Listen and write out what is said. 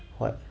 what